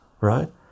right